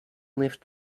left